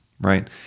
right